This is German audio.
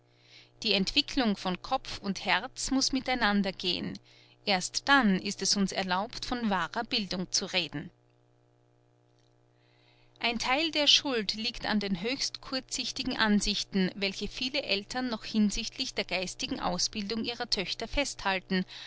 die entwicklung von kopf und herz muß miteinander gehen erst dann ist es uns erlaubt von wahrer bildung zu reden ein theil der schuld liegt an den höchst kurzsichtigen ansichten welche viele eltern noch hinsichtlich der geistigen ausbildung ihrer töchter festhalten